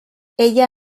ella